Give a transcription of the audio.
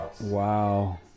Wow